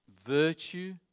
virtue